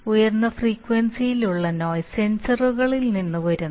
ഉയർന്ന ഫ്രീക്വൻസിയിലുള്ള നോയിസ് സെൻസറുകളിൽ നിന്ന് വരുന്നു